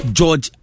George